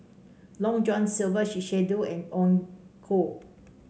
Long John Silver Shiseido and Onkyo